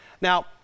Now